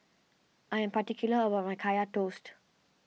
I am particular about my Kaya Toast